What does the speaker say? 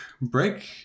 break